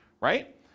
Right